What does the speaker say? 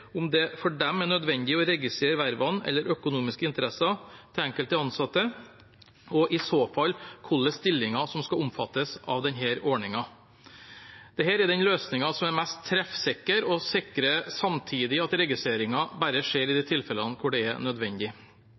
om det for dem er nødvendig å registrere vervene eller de økonomiske interessene til enkelte ansatte, og i så fall hvilke stillinger som skal omfattes av denne ordningen. Dette er den løsningen som er mest treffsikker, og sikrer samtidig at registreringen bare skjer i de tilfellene hvor det er nødvendig.